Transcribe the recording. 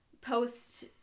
post